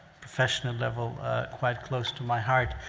professional level quite close to my heart.